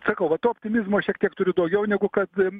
sakau va to optimizmo šiek tiek turiu daugiau negu kad